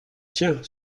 tiens